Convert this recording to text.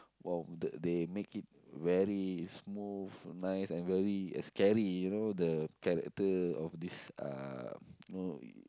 !wow! the they make it very smooth nice and very scary you know the character of this uh know